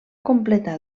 completar